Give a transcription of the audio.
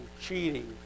cheating